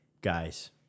guys